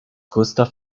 gustav